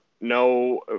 No